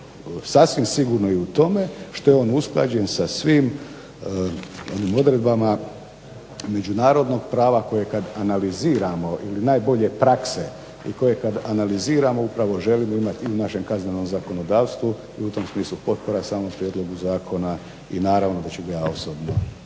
sasvim sigurno i u tome što je on usklađen sa svim odredbama međunarodnog prava koje kad analiziramo ili najbolje prakse koje kad analiziramo upravo želimo imati i u našem kaznenom zakonodavstvo i u tom smislu potpora samom prijedlogu zakona i naravno da ću ga ja osobno